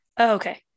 okay